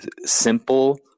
simple